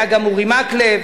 היה שם גם אורי מקלב,